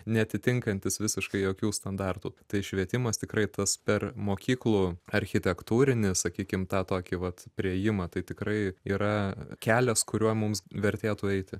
neatitinkantis visiškai jokių standartų tai švietimas tikrai tas per mokyklų architektūrinį sakykim tą tokį vat priėjimą tai tikrai yra kelias kuriuo mums vertėtų eiti